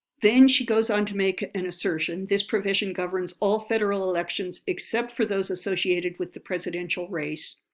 then she goes on to make an assertion, this provision governs all federal elections except for those associated with the presidential race.